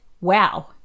wow